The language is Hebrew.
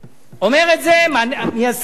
אומר את זה מייסד קדימה,